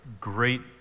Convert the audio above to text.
great